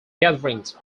gatherings